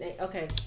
Okay